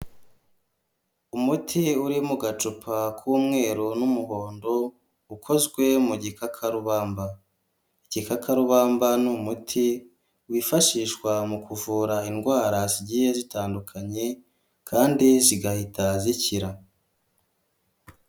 Umuti uri mu gacupa k'umweru n'umuhondo, ukozwe mu gikakarubamba. Igikakarubamba ni umuti wifashishwa mu kuvura indwara zigiye zitandukanye kandi zigahita zikira.